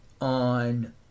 on